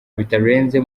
bitarenze